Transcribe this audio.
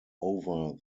over